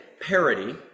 parody